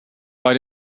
bei